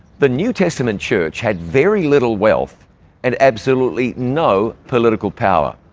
the new testament church had very little wealth and absolutely no political power.